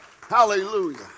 Hallelujah